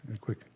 quick